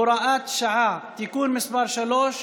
(הוראת שעה) (תיקון מס' 3),